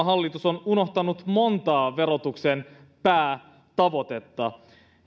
hallitus on unohtanut monta verotuksen päätavoitetta